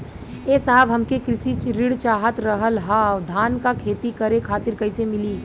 ए साहब हमके कृषि ऋण चाहत रहल ह धान क खेती करे खातिर कईसे मीली?